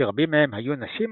שרבים מהם היו נשים,